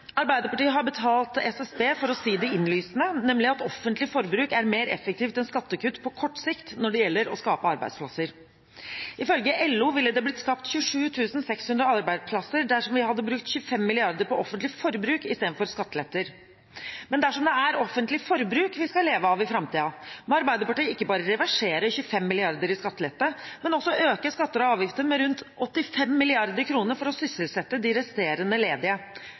Arbeiderpartiet har betalt SSB for å si det innlysende, nemlig at offentlig forbruk er mer effektivt enn skattekutt på kort sikt når det gjelder å skape arbeidsplasser. Ifølge LO ville det blitt skapt 27 600 arbeidsplasser dersom vi hadde brukt 25 mrd. kr på offentlig forbruk i stedet for skattelette. Men dersom det er offentlig forbruk vi skal leve av i framtiden, må Arbeiderpartiet ikke bare reversere 25 mrd. kr i skattelette, men også øke skatter og avgifter med rundt 85 mrd. kr for å sysselsette de resterende ledige.